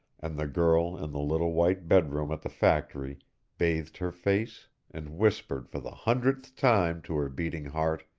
and the girl in the little white bedroom at the factory bathed her face and whispered for the hundredth time to her beating heart